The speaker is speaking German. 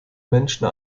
menschen